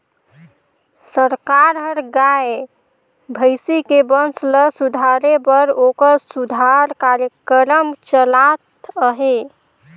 सरकार हर गाय, भइसी के बंस ल सुधारे बर ओखर सुधार कार्यकरम चलात अहे